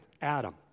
Adam